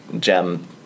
gem